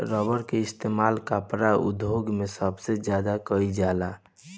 rubber के इस्तेमाल कपड़ा उद्योग मे सबसे ज्यादा कइल जाला